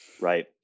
right